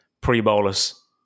pre-bolus